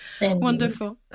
wonderful